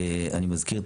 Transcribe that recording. אני מזכיר,